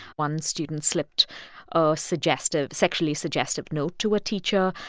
one student slipped a suggestive sexually suggestive note to a teacher.